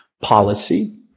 policy